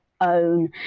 own